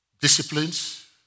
disciplines